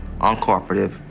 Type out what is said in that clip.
uncooperative